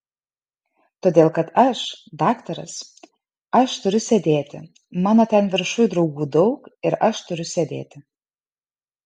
todėl kad aš daktaras aš turiu sėdėti mano ten viršuj draugų daug ir aš turiu sėdėti